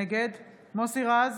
נגד מוסי רז,